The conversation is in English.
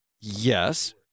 yes